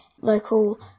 local